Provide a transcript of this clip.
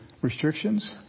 restrictions